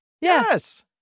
Yes